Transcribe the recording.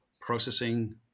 processing